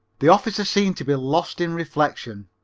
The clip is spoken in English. the officer seemed to be lost in reflection.